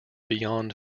beyond